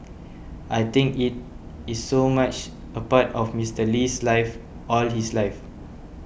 I think it is so much a part of Mister Lee's life all his life